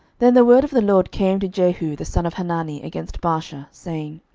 then the word of the lord came to jehu the son of hanani against baasha, saying,